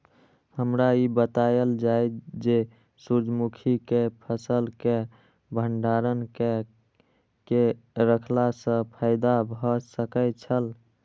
हमरा ई बतायल जाए जे सूर्य मुखी केय फसल केय भंडारण केय के रखला सं फायदा भ सकेय छल?